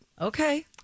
Okay